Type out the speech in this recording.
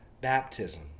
baptism